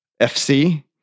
FC